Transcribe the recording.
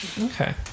Okay